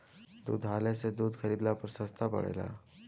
दुग्धालय से दूध खरीदला पर सस्ता पड़ेला?